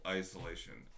isolation